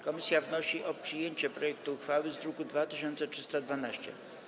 Komisja wnosi o przyjęcie projektu uchwały z druku nr 2312.